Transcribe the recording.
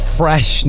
fresh